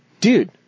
Dude